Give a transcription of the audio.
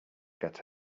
get